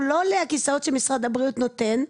הוא לא עולה, הכיסאות שמשרד הבריאות נותן.